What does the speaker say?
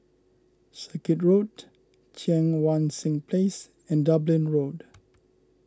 Circuit Road Cheang Wan Seng Place and Dublin Road